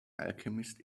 alchemist